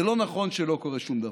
זה לא נכון שלא קורה שום דבר.